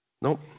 Nope